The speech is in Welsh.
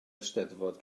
eisteddfod